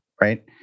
right